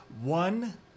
One